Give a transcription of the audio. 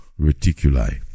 Reticuli